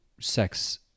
sex